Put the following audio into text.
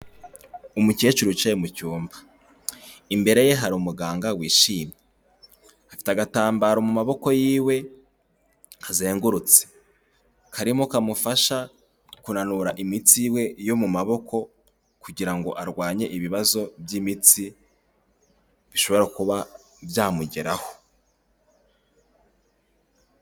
Umukecuru wicaye mu cyumba, imbere ye hari umuganga wishimye, afite agatambaro mu maboko yiwe kazengurutse, karimo kamufasha kunanura imitsi yiwe yo mu maboko kugira ngo arwanye ibibazo by'imitsi bishobora kuba byamugeraho.